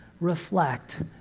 reflect